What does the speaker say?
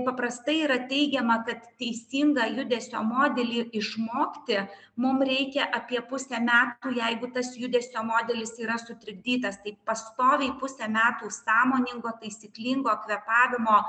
paprastai yra teigiama kad teisingą judesio modelį išmokti mum reikia apie pusę metų jeigu tas judesio modelis yra sutrikdytas taip pastoviai pusę metų sąmoningo taisyklingo kvėpavimo